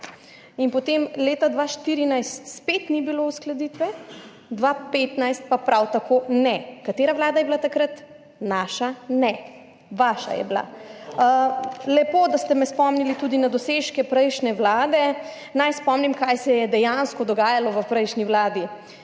in potem leta 2014 spet ni bilo uskladitve, 2015 pa prav tako ne. Katera vlada je bila takrat? Naša ne. Vaša je bila. Lepo, da ste me spomnili tudi na dosežke prejšnje vlade. Naj spomnim, kaj se je dejansko dogajalo v prejšnji vladi.